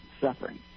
suffering